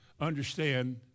understand